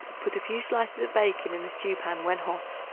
put a few slices of bacon in a stew-pan when hot,